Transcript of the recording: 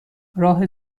راه